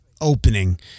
opening